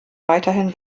weiterhin